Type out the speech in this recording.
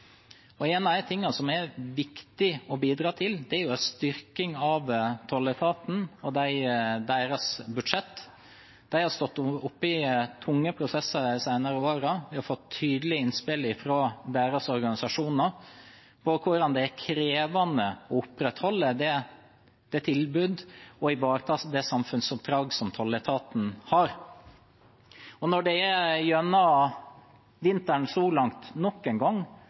og deres budsjett. De har stått i tunge prosesser de senere årene. Vi har fått tydelige innspill fra deres organisasjoner på hvor krevende det er å opprettholde og ivareta det tilbudet og samfunnsoppdraget som tolletaten har. Når det gjennom vinteren så langt nok en gang